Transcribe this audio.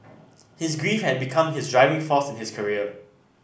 his grief had become his driving force his career